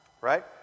Right